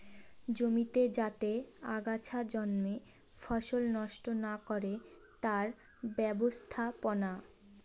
জমিতে যাতে আগাছা জন্মে ফসল নষ্ট না করে তার ব্যবস্থাপনা